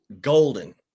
golden